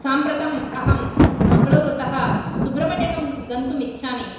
साम्प्रतम् अहं मङ्गलूरु तः सुब्रह्मण्य गं गन्तुम् इच्छामि